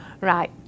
Right